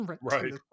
right